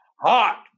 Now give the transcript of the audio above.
hot